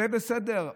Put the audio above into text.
זה בסדר.